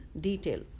detail